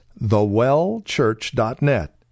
thewellchurch.net